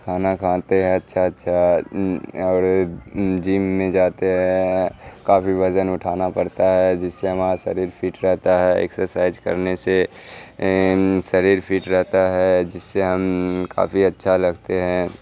کھانا کھاتے ہیں اچھا اچھا اور جم میں جاتے ہیں کافی وزن اٹھانا پڑتا ہے جس سے ہمارا شریر فٹ رہتا ہے ایکسرسائج کرنے سے شریر فٹ رہتا ہے جس سے ہم کافی اچھا لگتے ہیں